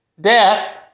death